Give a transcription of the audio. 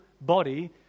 body